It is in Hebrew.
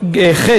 התשס"ח 2008, ח.